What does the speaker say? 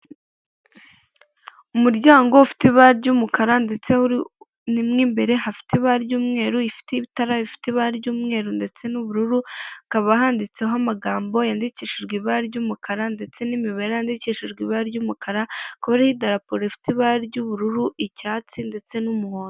Umuryango ufite ibara ry'umukara ndetse mo imbere hafite ibara ry'umweru ifite ibi itara bifite ibara ry'umweru ndetse n'ubururu hakaba handitseho amagambo yandikishijwe ibara ry'umukara ndetse n'imibare yandikishijwe ibara ry'umukara kuri darapo ifite ibara ry'ubururu, icyatsi ndetse n'umuhondo.